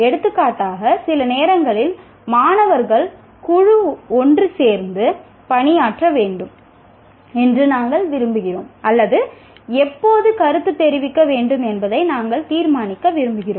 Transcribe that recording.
எடுத்துக்காட்டாக சில நேரங்களில் மாணவர்கள் குழு ஒன்று சேர்ந்து பணியாற்ற வேண்டும் என்று நாங்கள் விரும்புகிறோம் அல்லது எப்போது கருத்துத் தெரிவிக்க வேண்டும் என்பதை நாங்கள் தீர்மானிக்க விரும்புகிறோம்